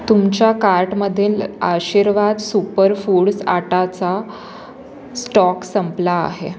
तुमच्या कार्टमधील Aashirvaad super foods आटाचा स्टॉक संपला आहे